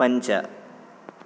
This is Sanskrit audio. पञ्च